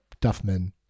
Duffman